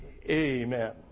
Amen